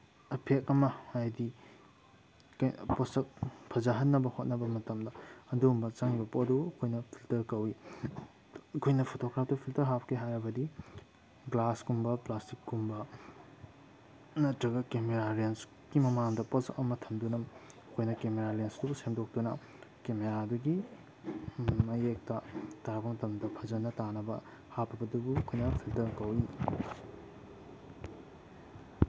effect ꯑꯃ ꯍꯥꯏꯗꯤ ꯄꯣꯠꯁꯛ ꯐꯖꯍꯟꯅꯕ ꯍꯣꯠꯅꯕ ꯃꯇꯝꯗ ꯑꯗꯨꯝꯕ ꯆꯪꯕ ꯄꯣꯠꯇꯨ ꯑꯩꯈꯣꯏꯅ ꯐꯤꯜꯇꯔ ꯀꯧꯋꯤ ꯑꯩꯈꯣꯏꯅ ꯐꯣꯇꯣ ꯀꯥꯞꯄꯗ ꯐꯤꯜꯇꯔ ꯍꯥꯞꯀꯦ ꯍꯥꯏꯔꯕꯗꯤ ꯒ꯭ꯂꯥꯁꯀꯨꯝꯕ ꯄ꯭ꯂꯥꯁꯇꯤꯛꯀꯨꯝꯕ ꯅꯠꯇ꯭ꯔꯒ ꯀꯦꯃꯦꯔꯥ ꯂꯦꯟꯁꯀꯤ ꯃꯃꯥꯡꯗ ꯄꯣꯠꯁꯛ ꯑꯃ ꯊꯝꯗꯨꯅ ꯑꯩꯈꯣꯏꯅ ꯀꯦꯃꯦꯔꯥ ꯂꯦꯟꯁꯇꯨ ꯁꯟꯗꯣꯛꯇꯅ ꯀꯦꯃꯦꯔꯥ ꯑꯗꯨꯒꯤ ꯃꯌꯦꯛꯇ ꯇꯥꯕ ꯃꯇꯝꯗ ꯐꯖꯅ ꯇꯥꯅꯕ ꯍꯥꯞꯄꯤꯕꯗꯨꯕꯨ ꯑꯩꯈꯣꯏꯅ ꯐꯤꯜꯇꯔ ꯀꯧꯋꯤ